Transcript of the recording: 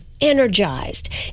energized